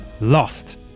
lost